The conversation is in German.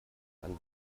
einen